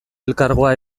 elkargoa